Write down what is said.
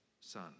son